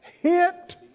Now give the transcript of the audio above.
hit